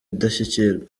indashyikirwa